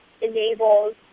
enables